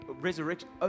resurrection